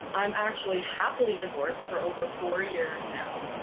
i'm actually happily divorced for over four years now.